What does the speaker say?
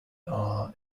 are